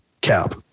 Cap